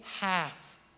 half